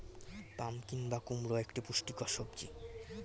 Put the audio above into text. pumpkin বা কুমড়ো একটি পুষ্টিকর সবজি